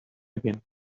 again